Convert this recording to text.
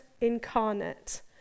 incarnate